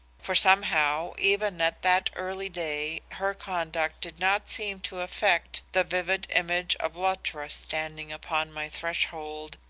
for somehow even at that early day her conduct did not seem to affect the vivid image of luttra standing upon my threshold,